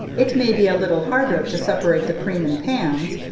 it may be a little harder to separate the cream in pans,